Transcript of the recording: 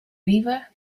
weaver